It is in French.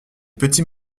petits